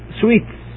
sweets